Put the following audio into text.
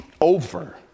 over